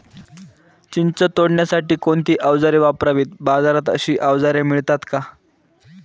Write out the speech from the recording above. चिंच तोडण्यासाठी कोणती औजारे वापरावीत? बाजारात अशी औजारे मिळतात का?